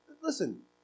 Listen